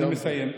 גדי, סיום.